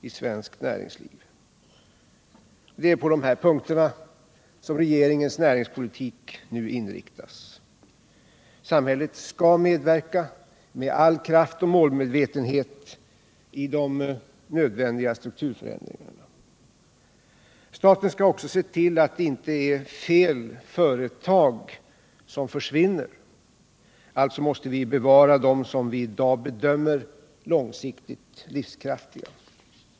Det är på dessa punkter som regeringens näringspolitik nu inriktas. Samhället skall med all kraft och målmedvetenhet medverka i de nödvändiga strukturförändringarna. Staten skall också se till att det inte är fel företag som försvinner. Alltså måste vi bevara dem som vi i dag bedömer som långsiktigt livskraftiga.